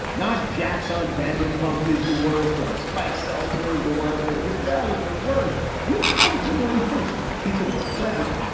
not jackson. vanderpump is the worst or spike. seltzer is the worst. are goodell is the worst. i mean, i literally think he's the worst president.